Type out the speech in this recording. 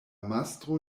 mastro